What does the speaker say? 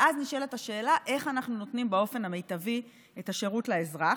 ואז נשאלת השאלה איך אנחנו נותנים באופן המיטבי את השירות לאזרח.